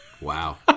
Wow